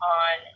on